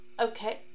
Okay